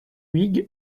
huyghe